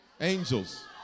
Angels